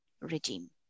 regime